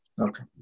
Okay